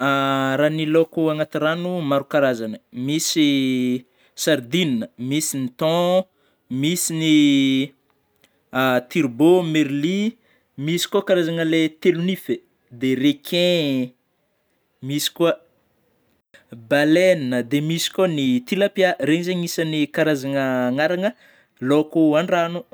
Raha ny lôko agnaty rano ,maro karazany misy sardine, misy ny thon, misy ny turbo, merlie ,misy koa karazana le telo nify eh de requin, misy koa balène ,de misy koa ny tilapia regny zegny agnisany karazana agnarana lôko an-dragno.